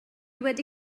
wedi